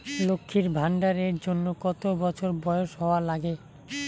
লক্ষী ভান্ডার এর জন্যে কতো বছর বয়স হওয়া লাগে?